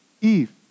eve